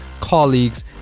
colleagues